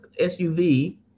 SUV